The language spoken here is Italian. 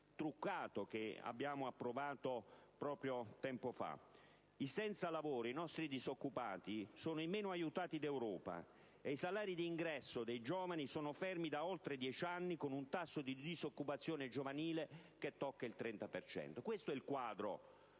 truccato che abbiamo approvato tempo fa. I nostri disoccupati sono i meno aiutati d'Europa e i salari d'ingresso dei giovani sono fermi da oltre dieci anni, con un tasso di disoccupazione giovanile che tocca il 30 per cento: questo è il quadro